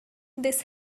this